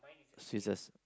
scissors